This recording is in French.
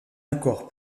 accord